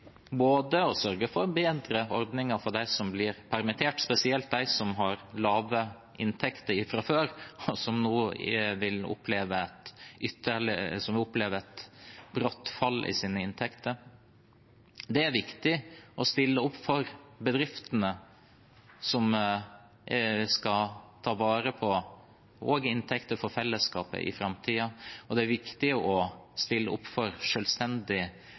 å sørge for bedre ordninger for dem som blir permittert, spesielt de som har lave inntekter fra før, og som vil oppleve et bratt fall i sine inntekter. Det er viktig å stille opp for bedriftene som skal ta vare på inntekter for fellesskapet i framtiden, og det er viktig å stille opp for